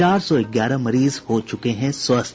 चार सौ ग्यारह मरीज हो चुके हैं स्वस्थ